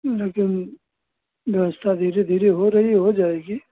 लेकिन व्यवस्था धीरे धीरे हो रही है हो जाएगी